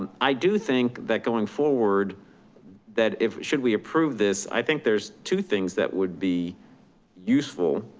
i do think that going forward that if, should we approve this, i think there's two things that would be useful.